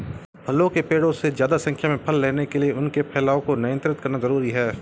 फलों के पेड़ों से ज्यादा संख्या में फल लेने के लिए उनके फैलाव को नयन्त्रित करना जरुरी है